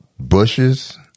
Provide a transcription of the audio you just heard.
Bushes